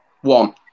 One